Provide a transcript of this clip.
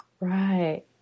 Right